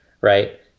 right